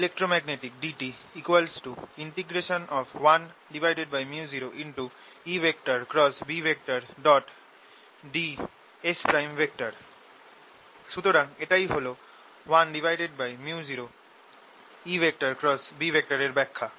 dwdt ddtEelectromagnetic 1µ0EBds সুতরাং এটাই হল 1µ0EB এর ব্যাখ্যা